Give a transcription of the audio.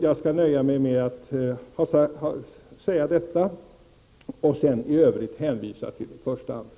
Jag skall nöja mig med att säga detta och i övrigt hänvisa till mitt första anförande.